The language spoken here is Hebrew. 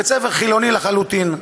בית-ספר חילוני לחלוטין,